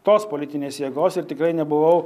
tos politinės jėgos ir tikrai nebuvau